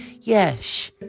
Yes